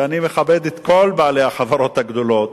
ואני מכבד את כל בעלי החברות הגדולות,